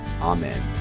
Amen